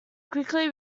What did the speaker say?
quickly